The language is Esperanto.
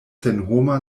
senhoma